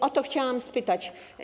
O to chciałam spytać.